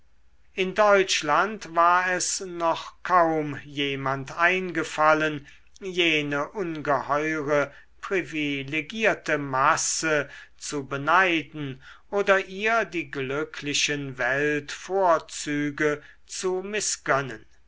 in deutschland war es noch kaum jemand eingefallen jene ungeheure privilegierte masse zu beneiden oder ihr die glücklichen weltvorzüge zu